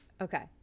okay